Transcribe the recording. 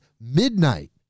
Midnight